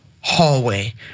hallway